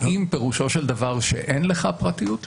האם פירושו של דבר שאין לך פרטיות?